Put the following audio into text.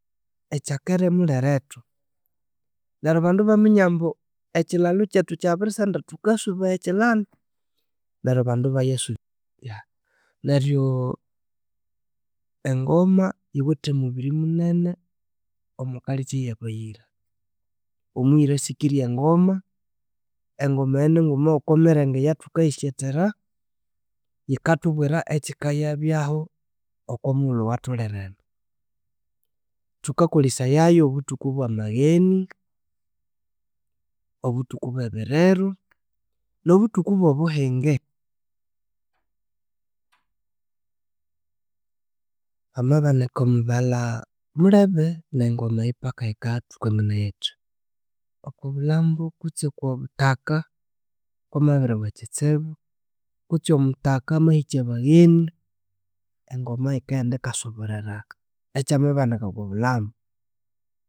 Ekyakere mulhelethu neryo abandu ibaminya mbu ekilhalhu kyethu kyabirisenda thukasubaya ekilhalhu neryo abandu ibayasu bya neryo engoma yithwithe omubiri munane omukalikya eyabayira. Omuyira asikirye ngoma, engoma eyo ni nguma yokomirenge eyathukayisyethera, yikathubwera ekyikayabyaho oko muwulhu owa tholerene. Thukakoleseyayo obuthuku obwa bagheni, obuthuku obwebiriru nobuthuku obo buhinge. Hamabanika omubalha mulebe nengoma eyo paka yikathukanganaya yithi oko bulhambo kutsi oko buthaka kwa mabiriwa ekitsibu kutsi omuthaka amahikya abagheni, engoma yika enda yika soborera ekyamabanika okobulhambo